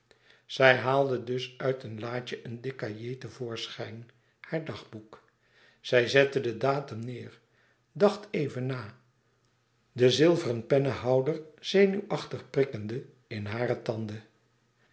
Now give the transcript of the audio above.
zij haalde dus uit een laadje een dik cahier te voorschijn haar dagboek zij zette den datum neêr dacht even na den zilveren pennehouder zenuwachtig prikkende in hare tanden